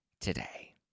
today